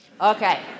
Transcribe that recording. Okay